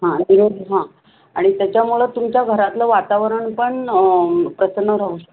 हां निरोगी हां आणि त्याच्यामुळं तुमच्या घरातलं वातावरण पण प्रसन्न राहू शकतं